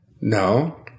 No